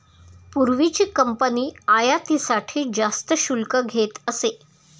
पूर्वीची कंपनी आयातीसाठी जास्त शुल्क घेत असे